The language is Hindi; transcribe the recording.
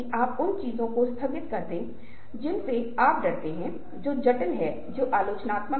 अब ये चीजें बहुत महत्वपूर्ण हैं और हमें इन तत्वों के प्रति कुछ हद तक संवेदनशीलता विकसित करने की आवश्यकता है